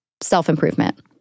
Self-improvement